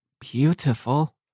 beautiful